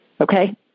Okay